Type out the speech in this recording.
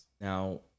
Now